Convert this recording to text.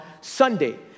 Sunday